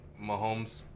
Mahomes